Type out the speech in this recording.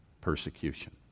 persecution